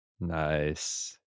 Nice